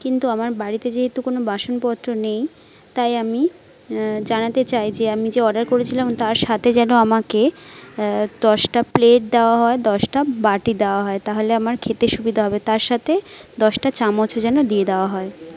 কিন্তু আমার বাড়িতে যেহেতু কোনো বাসনপত্র নেই তাই আমি জানাতে চাই যে আমি যে অর্ডার করেছিলাম তার সাথে যেন আমাকে দশটা প্লেট দেওয়া হয় দশটা বাটি দেওয়া হয় তাহলে আমার খেতে সুবিধা হবে তার সাতে দশটা চামচও যেন দিয়ে দেওয়া হয়